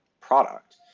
product